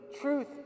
truth